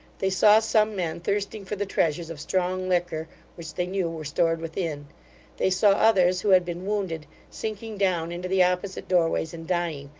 they saw some men thirsting for the treasures of strong liquor which they knew were stored within they saw others, who had been wounded, sinking down into the opposite doorways and dying,